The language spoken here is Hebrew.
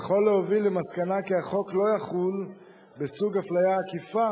להוביל למסקנה כי החוק לא יחול בסוג אפליה עקיפה